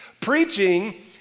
preaching